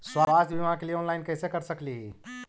स्वास्थ्य बीमा के लिए ऑनलाइन कैसे कर सकली ही?